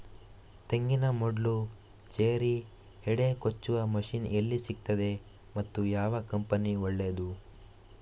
ತೆಂಗಿನ ಮೊಡ್ಲು, ಚೇರಿ, ಹೆಡೆ ಕೊಚ್ಚುವ ಮಷೀನ್ ಎಲ್ಲಿ ಸಿಕ್ತಾದೆ ಮತ್ತೆ ಯಾವ ಕಂಪನಿ ಒಳ್ಳೆದು?